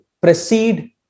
proceed